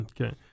Okay